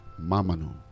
Mamanu